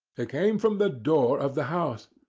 it came from the door of the house.